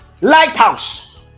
Lighthouse